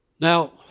Now